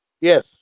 Yes